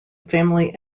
family